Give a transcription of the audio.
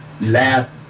laugh